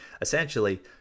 Essentially